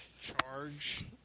charge